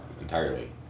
entirely